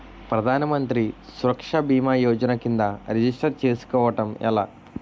ప్రధాన మంత్రి సురక్ష భీమా యోజన కిందా రిజిస్టర్ చేసుకోవటం ఎలా?